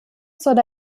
soll